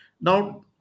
now